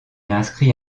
inscrit